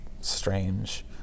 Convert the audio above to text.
strange